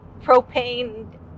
propane